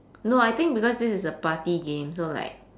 no I think because this is a party game so like